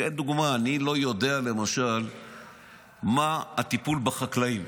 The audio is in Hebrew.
כדוגמה, אני לא יודע למשל מה הטיפול בחקלאים.